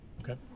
okay